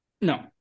No